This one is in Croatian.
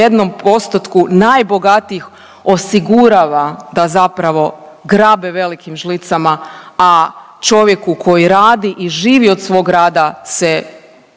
jednom postotku najbogatijih osigurava da zapravo grabe velikim žlicama, a čovjeku koji radi i živi od svog rada se